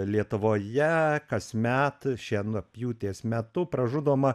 lietuvoje kasmet šienapjūtės metu pražudoma